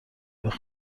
ازت